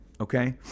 Okay